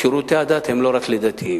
שירותי הדת הם לא רק לדתיים,